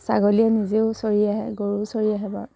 ছাগলীয়ে নিজেও চৰি আহে গৰুও চৰি আহে বাৰু